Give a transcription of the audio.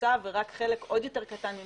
תוקצבו ורק חלק עוד יותר קטן ממנו,